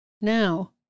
Now